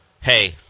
Hey